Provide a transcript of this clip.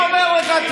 אני גם אומר לך,